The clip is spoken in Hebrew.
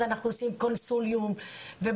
אז אנחנו עושים קונסיליום ובודקים.